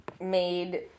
made